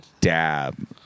dab